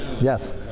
yes